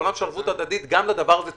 שבזמן אמת המדינה בורחת מאחריות,